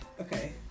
Okay